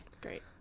great